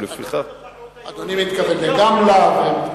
אדוני מתכוון לגמלא.